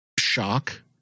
shock